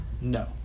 No